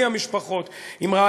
בלי המשפחות,